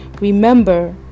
Remember